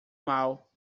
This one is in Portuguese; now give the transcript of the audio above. mal